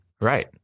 Right